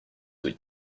with